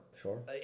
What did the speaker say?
sure